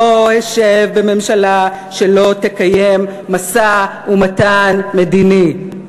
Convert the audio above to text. לא אשב בממשלה שלא תקיים משא-ומתן מדיני.